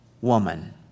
woman